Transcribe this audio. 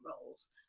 roles